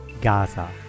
Gaza